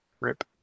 Rip